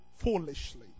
Foolishly